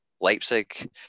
Leipzig